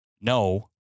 no